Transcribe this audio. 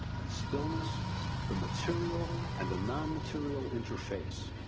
and stillness the material and non-material interface.